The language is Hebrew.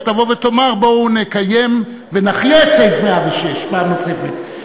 ותבוא ותאמר: בואו נקיים ונחיה את סעיף 106 פעם נוספת,